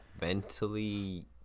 mentally